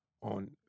on